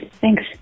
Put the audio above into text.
Thanks